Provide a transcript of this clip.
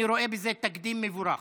אני רואה בזה תקדים מבורך.